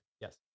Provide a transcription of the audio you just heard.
Yes